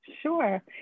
sure